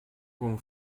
con